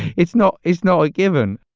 it's not it's not a given